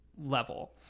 level